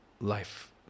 life